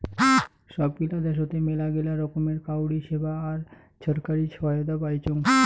সব গিলা দ্যাশোতে মেলাগিলা রকমের কাউরী সেবা আর ছরকারি সহায়তা পাইচুং